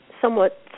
somewhat